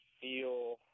feel